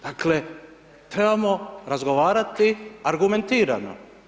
Dakle, trebamo razgovarati argumentirano.